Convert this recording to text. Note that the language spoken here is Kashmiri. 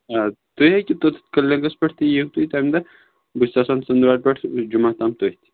اَدٕ تُہۍ ہیٚکِو توٚتَتھ کِلنِکَس پٮ۪ٹھ تہِ یِیِو تُہۍ تَمہِ دۄہ بہٕ چھُس آسان ژٔندٕروارِ پٮ۪ٹھ جُمعہ تام تٔتھۍ